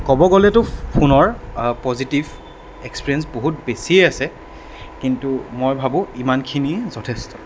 ক'ব গ'লেতো ফোনৰ পজিটিভ এক্সপিৰিয়েঞ্চ বহুত বেছিয়ে আছে কিন্তু মই ভাবোঁ ইমানখিনিয়ে যথেষ্ট